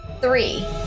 Three